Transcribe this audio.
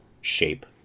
shape